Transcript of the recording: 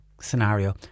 scenario